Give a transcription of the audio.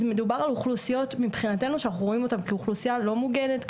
מדובר על אוכלוסיות מבחינתנו שאנחנו רואים אותן כאוכלוסייה לא מוגנת,